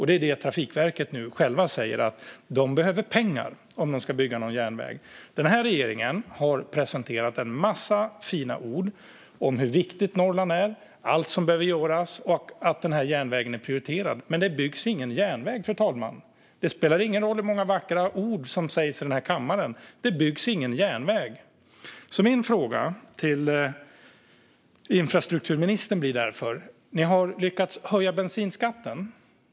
Det är vad Trafikverket nu själva säger. De behöver pengar om de ska bygga någon järnväg. Den här regeringen har presenterat en massa fina ord om hur viktigt Norrland är, allt som behöver göras och att den här järnvägen är prioriterad. Men det byggs ingen järnväg, fru talman. Det spelar ingen roll hur många vackra ord som sägs i den här kammaren. Det byggs ingen järnväg. Ni har lyckats höja bensinskatten.